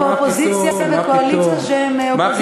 יש פה אופוזיציה וקואליציה שהן אופוזיציה אחת לשנייה.